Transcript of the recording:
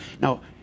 Now